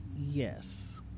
yes